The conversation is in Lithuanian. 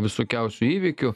visokiausių įvykių